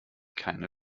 keine